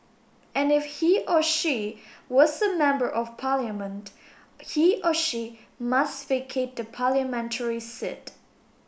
and if he or she was a member of Parliament he or she must vacate the parliamentary seat